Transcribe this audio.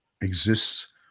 exists